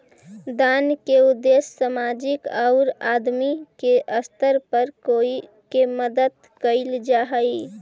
दान के उद्देश्य सामाजिक औउर आदमी के स्तर पर कोई के मदद कईल जा हई